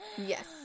yes